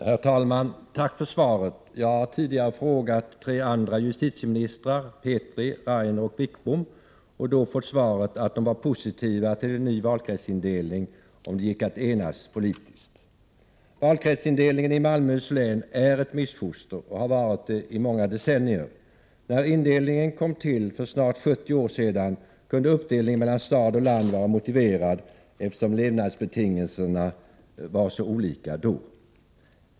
Herr talman! Tack för svaret! Jag har tidigare frågat tre andra justitieministrar — Petri, Rainer och Wickbom — och då fått svaret att de var positiva till en ny valkretsindelning, om det gick att enas politiskt. Valkretsindelningen i Malmöhus län är ett missfoster och har varit det i många decennier. När indelningen kom till för snart 70 år sedan, kunde uppdelningen mellan stad och land vara motiverad, eftersom levnadsbetingelserna var så olika då.